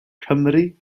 cymry